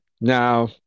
Now